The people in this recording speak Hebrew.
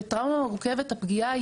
בטראומה מורכבת הפגיעה,